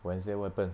wednesday what happen